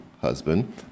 husband